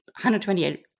128